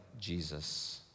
Jesus